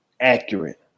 accurate